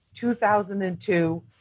2002